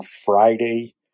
Friday